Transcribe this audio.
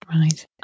Right